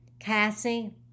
Cassie